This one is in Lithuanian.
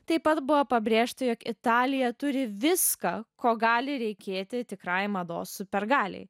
taip pat buvo pabrėžta jog italija turi viską ko gali reikėti tikrai mados supergaliai